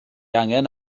angen